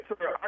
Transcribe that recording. Sir